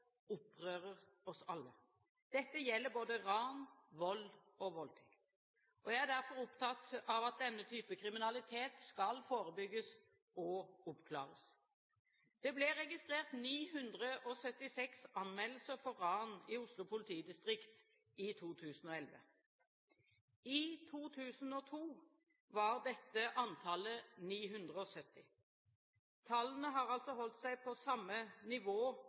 opprører oss alle. Dette gjelder både ran, vold og voldtekt. Jeg er derfor opptatt av at denne type kriminalitet skal forebygges og oppklares. Det ble registrert 976 anmeldelser av ran i Oslo politidistrikt i 2011. I 2002 var det tilsvarende antallet 970. Tallene har altså holdt seg på samme nivå